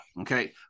okay